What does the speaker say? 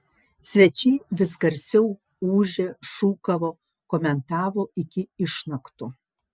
svečiai vis garsiau ūžė šūkavo komentavo iki išnaktų